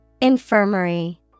Infirmary